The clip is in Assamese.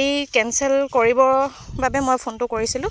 এই কেঞ্চেল কৰিবৰ বাবে মই ফোনটো কৰিছিলোঁ